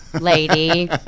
lady